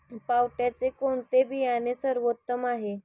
पावट्याचे कोणते बियाणे सर्वोत्तम आहे?